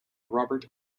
robert